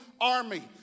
Army